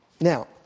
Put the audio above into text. Now